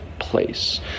place